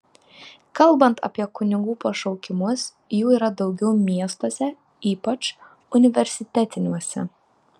kalbant apie kunigų pašaukimus jų yra daugiau miestuose ypač universitetiniuose